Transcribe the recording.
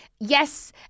yes